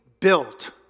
built